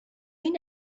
این